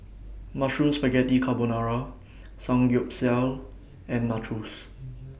Mushroom Spaghetti Carbonara Samgyeopsal and Nachos